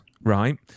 right